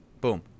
Boom